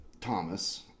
Thomas